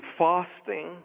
fasting